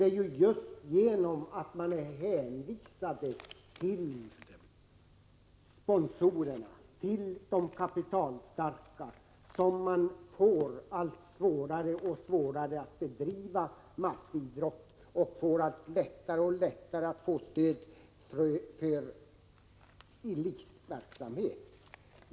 Det är ju just genom att vara hänvisad till sponsorer, till de kapitalstarka, som idrotten får allt svårare att bedriva massidrott och får allt lättare att få stöd till elitverksamhet.